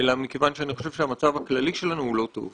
אלא אני חושב שהמצב הכללי שלנו הוא לא טוב.